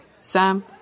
Sam